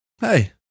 hey